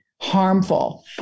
Harmful